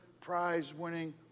Prize-winning